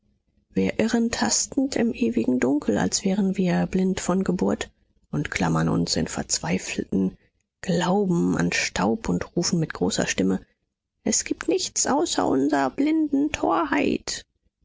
wir irren tastend im ewigen dunkel als wären wir blind von geburt und klammern uns in verzweifeltem glauben an staub und rufen mit großer stimme es gibt nichts außer unserer blinden torheit